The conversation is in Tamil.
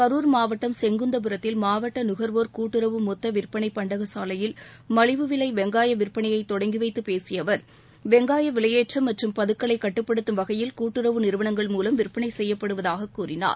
கரூர் மாவட்டம் செங்குந்தபுரத்தில் மாவட்ட நுகர்வோர் கூட்டுறவு மொத்த விற்பனை பண்டக சாலையில் மலிவு விலை வெங்காய விற்பனையை தொடங்கிவைத்து பேசிய அவர் வெங்காய விலையேற்றம் மற்றம் பதுக்கலை கட்டுப்படுத்தும் வகையில் கூட்டுறவு நிறுவனங்கள் மூலம் விற்பனை செய்யப்படுவதாக கூறினார்